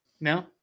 no